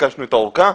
ביקשנו את הארכה.